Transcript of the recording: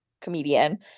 comedian